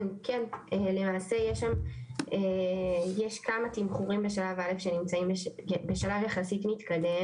למעשה יש כמה תמחורים בשלב א' שנמצאים בשלב יחסית מתקדם.